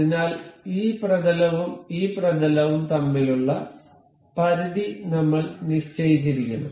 അതിനാൽ ഈ പ്രതലവും ഈ പ്രതലവും തമ്മിലുള്ള പരിധി നമ്മൾ നിശ്ചയിച്ചിരിക്കണം